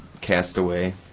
castaway